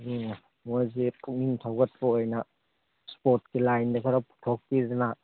ꯎꯝ ꯃꯣꯏꯒꯤ ꯄꯨꯛꯅꯤꯡ ꯊꯧꯒꯠꯄ ꯑꯣꯏꯅ ꯁ꯭ꯄꯣꯔꯠꯀꯤ ꯂꯥꯏꯟꯗ ꯈꯔ ꯄꯨꯊꯣꯛꯄꯤꯗꯅ